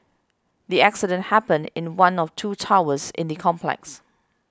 the accident happened in one of two towers in the complex